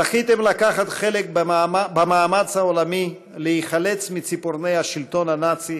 זכיתם לקחת חלק במאמץ העולמי להיחלץ מציפורני השלטון הנאצי,